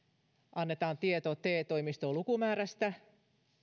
annetaan tieto te toimistoon lukumäärästä